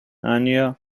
anya